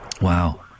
Wow